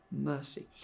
mercy